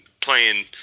playing